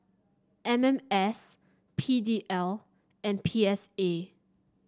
M M S P D L and P S A